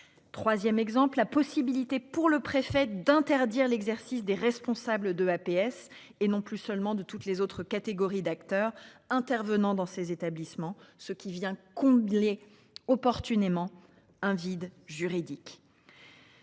3ème exemple la possibilité pour le préfet d'interdire l'exercice des responsables de APS et non plus seulement de toutes les autres catégories d'acteurs intervenant dans ces établissements ce qui vient combler opportunément un vide juridique.